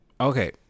okay